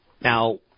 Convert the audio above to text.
Now